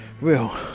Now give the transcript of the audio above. real